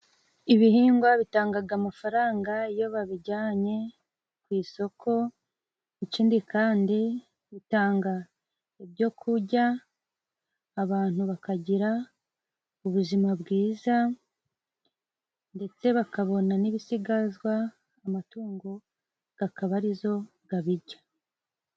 Ibihingwa bitangaga amafaranga iyo babijyanye ku isoko ikindi kandi bitanga ibyo kujya, abantu bakagira ubuzima bwiza ndetse bakabona n'ibisigazwa amatungo gakaba arizo gabijya.